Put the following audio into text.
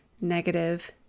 negative